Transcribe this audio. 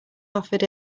offered